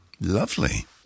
Lovely